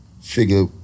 figure